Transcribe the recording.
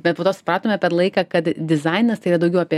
bet po to supratome per laiką kad dizainas tai yra daugiau apie